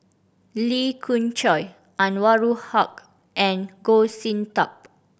Lee Khoon Choy Anwarul Haque and Goh Sin Tub